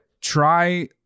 try